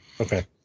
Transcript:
Okay